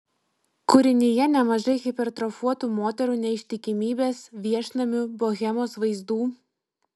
kūrinyje nemažai hipertrofuotų moterų neištikimybės viešnamių bohemos vaizdų